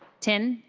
tim?